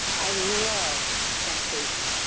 i love temp-tations.